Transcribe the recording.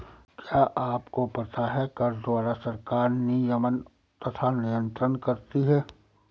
क्या आपको पता है कर द्वारा सरकार नियमन तथा नियन्त्रण करती है?